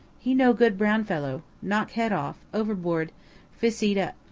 he no good brown fellow. knock head off. overboard fis eat up.